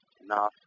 enough